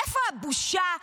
איפה הבושה?